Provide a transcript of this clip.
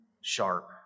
sharp